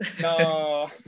No